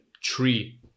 tree